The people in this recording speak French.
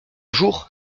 jours